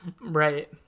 Right